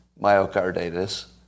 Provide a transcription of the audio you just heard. myocarditis